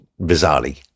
bizarrely